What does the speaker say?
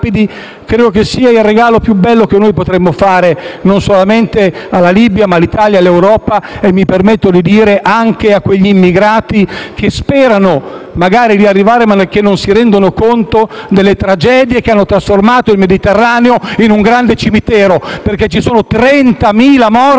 Credo che questo sia il regalo più bello che possiamo fare non solamente alla Libia, ma all'Italia e all'Europa e - mi permetto di dire - anche a quegli immigrati che sperano di arrivare, ma che non si rendono conto delle tragedie che hanno trasformato il Mediterraneo in un grande cimitero. Ci sono 30.000 morti che